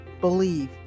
BELIEVE